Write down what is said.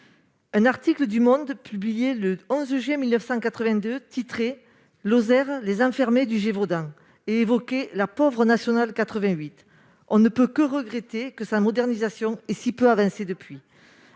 un article publié le 11 juin 1982- son titre était :« Lozère : les enfermés du Gévaudan »-, évoquait la « pauvre nationale 88 ». On ne peut que regretter que sa modernisation ait si peu avancé depuis